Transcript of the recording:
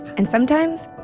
and sometimes,